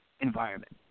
environment